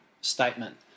statement